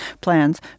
plans